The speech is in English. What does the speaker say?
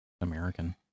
American